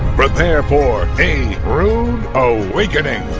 prepare for a rood awakening.